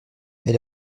elle